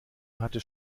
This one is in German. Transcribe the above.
hatte